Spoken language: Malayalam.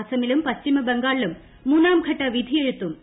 അസമിലും പശ്ചിമബംഗാളിലും മൂന്നാം ഘട്ട വിധിയെഴുത്തും നാളെ